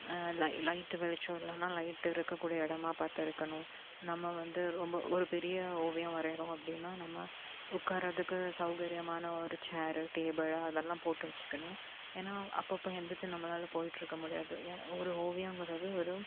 லை light வெளிச்சம் இல்லைனா light இருக்கக்கூடிய இடமா பார்த்து இருக்கணும் நம்ம வந்து ரொம்ப ஒரு பெரிய ஓவியம் வரைகிறோம் அப்படினா நம்ம உட்கார்றதுக்கு சௌகரியமான ஒரு சேரு டேபுளு அதெல்லாம் போட்டு வச்சுக்கணும் ஏன்னா அப்பப்போ எந்துருச்சு நம்மளால் போய்கிட்ருக்க முடியாது ஏன் ஒரு ஓவியம்ங்கிறது வெறும்